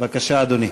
בבקשה, אדוני.